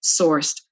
sourced